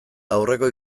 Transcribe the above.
aurreko